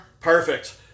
Perfect